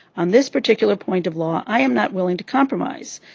on this particular point of law i am not willing to compromise.